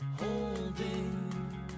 holding